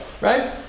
right